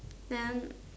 then